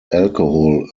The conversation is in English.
alcohol